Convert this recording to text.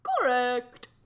Correct